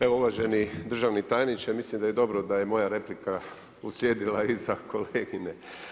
Evo uvaženi državni tajniče, mislim da je dobro da je moja replika uslijedila iza kolegine.